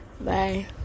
bye